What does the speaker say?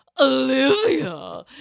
Olivia